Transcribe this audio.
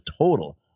total